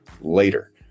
later